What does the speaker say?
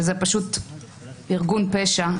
שזה פשוט ארגון פשע,